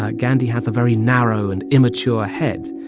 ah gandhi has a very narrow and immature head.